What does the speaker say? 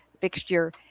fixture